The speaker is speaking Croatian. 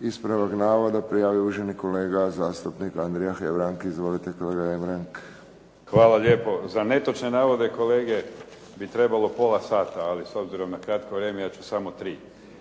ispravak navoda prijavio uvaženi kolega zastupnik Andrija Hebrang. Izvolite kolega Hebrang. **Hebrang, Andrija (HDZ)** Hvala lijepo. Za netočne navode kolege bi trebalo pola sada, ali s obzirom na kratko vrijeme ja ću samo tri.